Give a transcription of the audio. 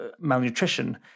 malnutrition